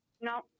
No